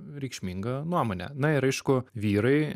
reikšmingą nuomonę na ir aišku vyrai